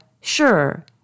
sure